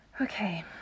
Okay